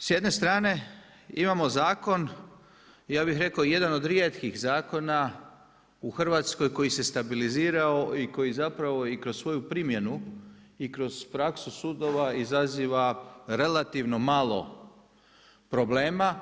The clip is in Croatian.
Dakle, s jedne strane imamo zakon i ja bih rekao jedan od rijetkih zakona u Hrvatskoj koji se stabilizirao i koji zapravo i kroz svoju primjenu i kroz praksu sudova izaziva relativno malo problema